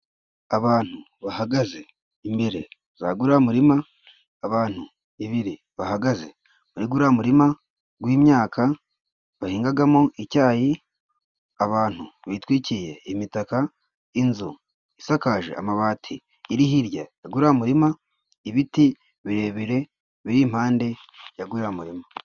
Abantu bahagaze imbere zagura murima, abantu ibiri bahagaze muri guriya murima w'imyaka bahingagamo icyayi, abantu bitwikiye imitaka, inzu isakaje amabati iri hirya ya guriya murima, ibiti birebire biri impande yagurira murima.